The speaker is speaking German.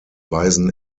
weisen